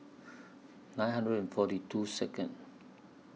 nine hundred and forty two Second